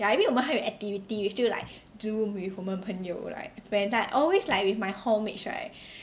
ya 因为我们还有 activity we still like Zoom with 我们的朋友 like friend like always like with my hall mates right